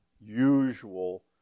usual